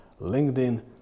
LinkedIn